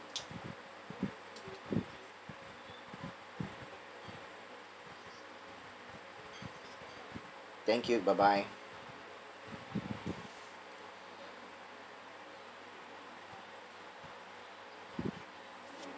thank you bye bye